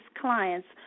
clients